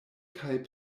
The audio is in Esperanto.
kaj